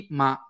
ma